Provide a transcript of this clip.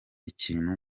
ikintu